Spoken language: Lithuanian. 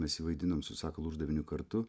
mes jį vaidinom su sakalu uždaviniu kartu